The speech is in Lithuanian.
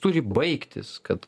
turi baigtis kad